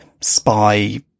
spy